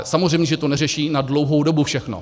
Samozřejmě, že to neřeší na dlouhou dobu všechno.